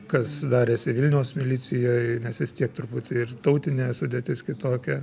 kas darėsi vilniaus milicijoj nes vis tiek truputį ir tautinė sudėtis kitokia